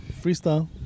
Freestyle